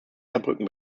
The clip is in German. saarbrücken